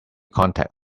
contact